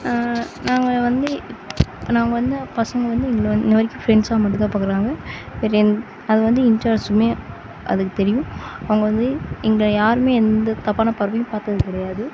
நாங்கள் வந்து நாங்கள் வந்து பசங்கள் வந்து எங்களை வந்து இன்னை வரைக்கும் ஃப்ரெண்ட்ஸாக மட்டும்தான் பார்க்குறாங்க வேறு எந் அது வந்து இன்ட்ஸ்ட்சுமே அதுக்கு தெரியும் அவங்க வந்து எங்கள் யாருமே எந்த தப்பான பார்வையும் பார்த்தது கிடையாது